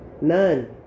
None